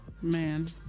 Man